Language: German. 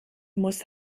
muss